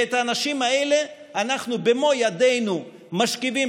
ואת האנשים האלה אנחנו במו ידינו משכיבים